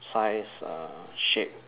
size shape